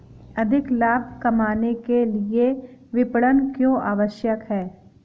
अधिक लाभ कमाने के लिए विपणन क्यो आवश्यक है?